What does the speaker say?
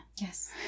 Yes